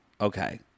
Okay